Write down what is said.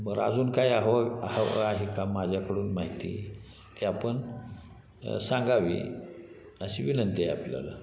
बरं अजून काय हवं हवं आहे का माझ्याकडून माहिती ते आपण सांगावी अशी विनंती आहे आपल्याला